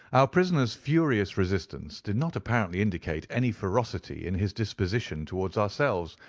our prisoner's furious resistance did not apparently indicate any ferocity in his disposition towards ourselves,